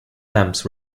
lamps